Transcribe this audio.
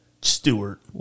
Stewart